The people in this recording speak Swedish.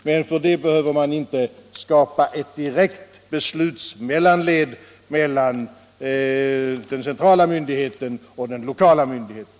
Men för det ändamålet behöver man inte skapa ett direkt beslutsmellanled mellan den centrala och den lokala myndigheten.